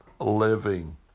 living